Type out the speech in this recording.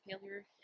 failure